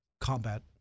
combat